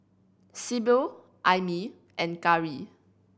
Sibyl Aimee and Cari